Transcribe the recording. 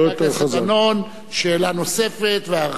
חבר הכנסת דנון, שאלה נוספת, בהרחבה,